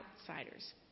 outsiders